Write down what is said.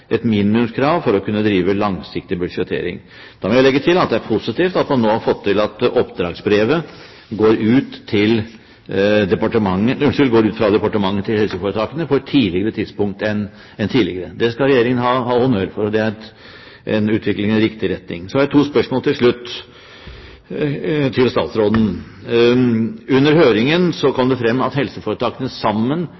et minimumskrav for å kunne drive langsiktig budsjettering. Jeg må legge til at det er positivt at man har fått til at oppdragsbrevet går ut fra departementet til helseforetakene på et tidligere tidspunkt enn tidligere. Det skal Regjeringen ha honnør for, og det er en utvikling i riktig retning. Så har jeg et par spørsmål til slutt til statsråden. Under høringen kom